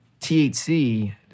THC